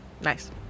Nice